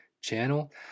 channel